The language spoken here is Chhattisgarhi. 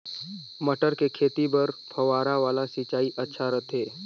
मटर के खेती बर फव्वारा वाला सिंचाई अच्छा रथे?